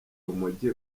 urumogi